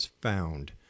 found